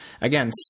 again